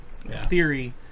theory